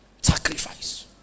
Sacrifice